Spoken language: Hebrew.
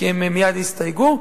כי הן מייד הסתייגו,